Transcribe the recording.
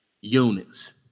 units